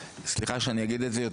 סליחה שאני אגיד את זה,